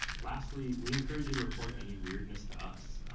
lastly, we encourage you to report any weirdness to us,